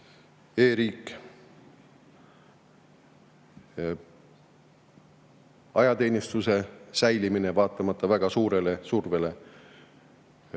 e-riik, ajateenistuse säilimine vaatamata väga suurele survele, Ukraina